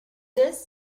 this